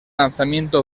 lanzamiento